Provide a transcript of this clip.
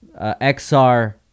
XR